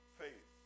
faith